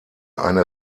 eine